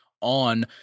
on